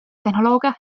tehnoloogia